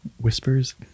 Whispers